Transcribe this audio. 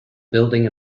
building